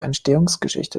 entstehungsgeschichte